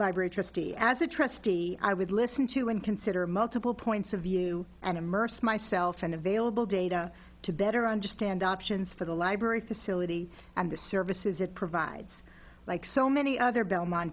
days as a trustee i would listen to and consider multiple points of view and immerse myself in available data to better understand options for the library facility and the services it provides like so many other belmont